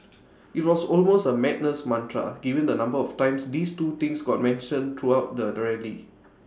IT was almost A madness mantra given the number of times these two things got mentioned throughout the rally